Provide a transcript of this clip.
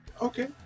Okay